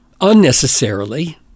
unnecessarily